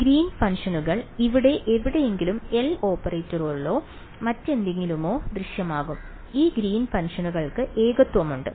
ഗ്രീനിന്റെ ഫംഗ്ഷനുകൾ ഇവിടെ എവിടെയെങ്കിലും L ഓപ്പറേറ്ററിലോ മറ്റെന്തെങ്കിലുമോ ദൃശ്യമാകും ഈ ഗ്രീനിന്റെ ഫംഗ്ഷനുകൾക്ക് ഏകത്വമുണ്ട്